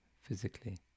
physically